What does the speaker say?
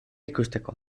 ikusteko